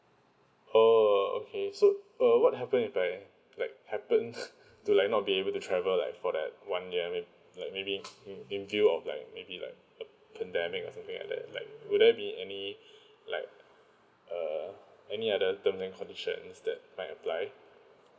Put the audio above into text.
oh okay so uh what happen if I like happen to like not be able to travel like for that one year I mean like maybe in in due of like maybe like a pendamic or something like will there be any like uh any other term and conditions that might apply